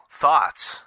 thoughts